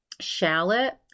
shallot